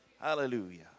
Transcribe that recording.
Hallelujah